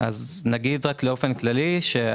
באופן כללי,